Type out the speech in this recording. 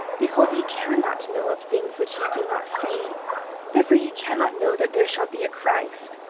behold, ye cannot know of things which ye do not see therefore ye cannot know that there shall be a christ.